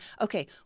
okay